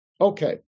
Okay